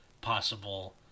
possible